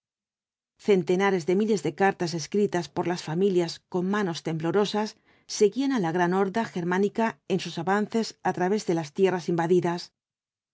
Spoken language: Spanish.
centenares de miles de cartas escritas por las familias con manos temblorosas seguían á la gran horda germánica en sus avances á través de las tierras invadidas